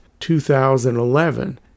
2011